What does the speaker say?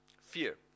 Fear